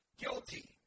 guilty